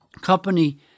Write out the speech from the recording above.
company